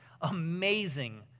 amazing